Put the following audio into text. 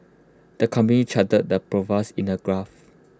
the company charted their pro fast in A graph